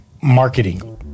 Marketing